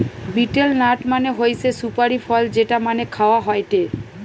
betel nut মানে হৈসে সুপারি ফল যেটা পানে খাওয়া হয়টে